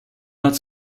not